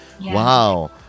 Wow